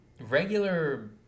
regular